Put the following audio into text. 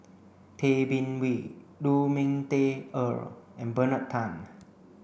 Tay Bin Wee Lu Ming Teh Earl and Bernard Tan